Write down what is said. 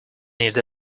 need